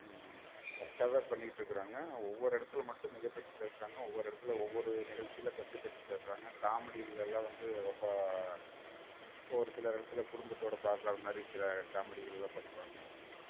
கரெக்டாக தான் பண்ணிகிட்டுருக்குறாங்க ஒவ்வொரு இடத்துல மட்டும் மிகை படுத்தி பேசுறாங்க ஒவ்வொரு இடத்துல ஒவ்வொரு நிகழ்ச்சியில கொச்சை படுத்தி பேசுறாங்க காமெடில எல்லாம் வந்து ரொம்ப ஒரு சிலர் இடத்துல குடும்பத்தோட பார்க்காதமாரி சில காமெடிகள் எல்லாம் பண்ணுறாங்க